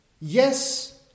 Yes